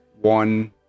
one